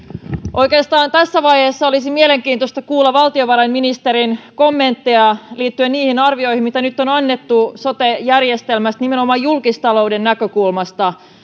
oikeastaan tässä vaiheessa olisi mielenkiintoista kuulla valtiovarainministerin kommentteja liittyen niihin arvioihin mitä nyt on annettu sote järjestelmästä nimenomaan julkistalouden näkökulmasta